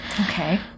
Okay